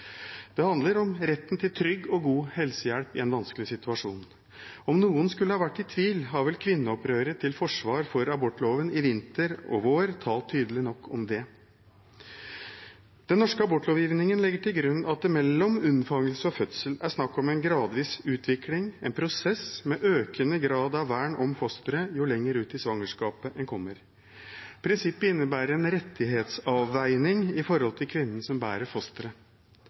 Det handler om retten til trygg og god helsehjelp i en vanskelig situasjon. Om noen skulle ha vært i tvil, har vel kvinneopprøret til forsvar for abortloven i vinter og vår talt tydelig nok om det. Den norske abortlovgivningen legger til grunn at det mellom unnfangelse og fødsel er snakk om en gradvis utvikling, en prosess, med økende grad av vern om fosteret jo lenger ut i svangerskapet man kommer. Prinsippet innebærer en rettighetsavveining i forhold til kvinnen som bærer